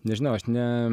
nežinau aš ne